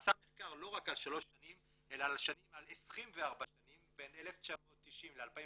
עשה מחקר לא רק על שלוש שנים אלא על 24 שנים בין 1990 ל-2014,